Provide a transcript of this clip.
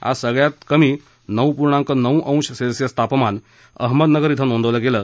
आज सगळ्यात कमी नऊ पूर्णांक नऊ अंश सेल्सिअस तापमान अहमदनगर क्वि नोंदवलं गेलं